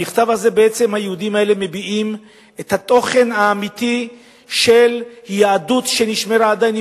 במכתב הזה היהודים האלה מביעים את התוכן האמיתי של יהדות שנשמרה עדיין,